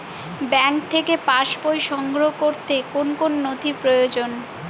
Bank থেকে pass বই সংগ্রহ করতে কোন কোন নথি প্রয়োজন?